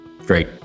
Great